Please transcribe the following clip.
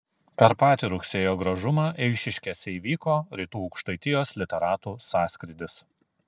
per patį rugsėjo gražumą eišiškėse įvyko rytų aukštaitijos literatų sąskrydis